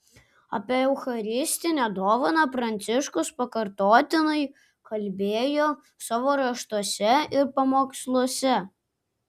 apie eucharistinę dovaną pranciškus pakartotinai kalbėjo savo raštuose ir pamoksluose